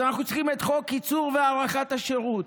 אז אנחנו צריכים את חוק קיצור והארכת השירות.